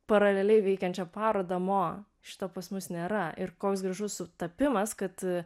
paraleliai veikiančią parodą mo šito pas mus nėra ir koks gražus sutapimas kad